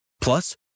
Plus